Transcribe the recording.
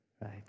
right